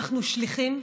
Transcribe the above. אנחנו שליחים,